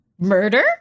murder